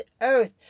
earth